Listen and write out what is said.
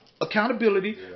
accountability